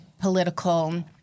political